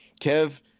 Kev